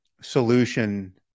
solution